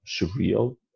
surreal